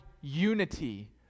unity